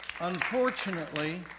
Unfortunately